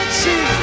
see